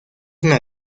una